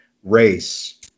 race